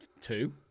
two